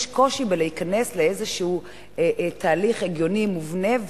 יש קושי להיכנס לאיזה תהליך הגיוני, מובנה.